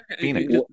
Phoenix